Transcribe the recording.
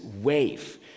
wave